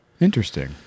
interesting